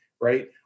right